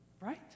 right